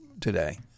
today